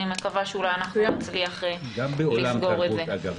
אני מקווה שאולי נצליח לטפל בזה.